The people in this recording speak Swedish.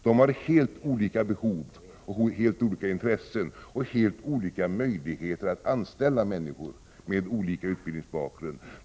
De har helt olika behov och intressen och helt olika möjligheter att anställa människor med olika utbildningsbakgrund.